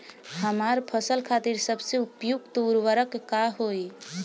हमार फसल खातिर सबसे उपयुक्त उर्वरक का होई?